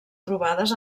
trobades